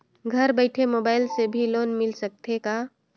घर बइठे मोबाईल से भी लोन मिल सकथे का?